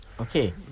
okay